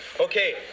Okay